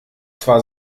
zwar